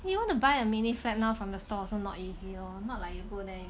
you want to buy a mini flap now from the store also not easy lor not like you go there